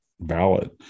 valid